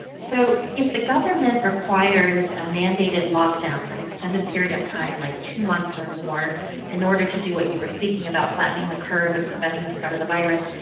so if the government requires a mandated lockdown for an extended period of time like two months or more in order to do what you were speaking about, flattening the curve and preventing the spread of the virus,